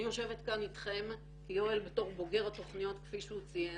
אני יושבת כאן איתכם כי יואל בתור בוגר התכניות כפי שהוא ציין,